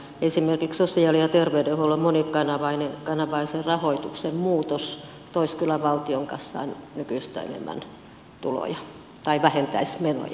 esimerkiksi sosiaali ja terveydenhuollon monikanavaisen rahoituksen muutos toisi kyllä valtion kassaan nykyistä enemmän tuloja tai vähentäisi menoja sanotaan näinpäin